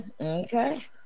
okay